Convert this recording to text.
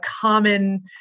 common